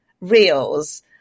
reels